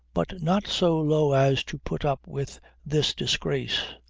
but not so low as to put up with this disgrace,